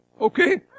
Okay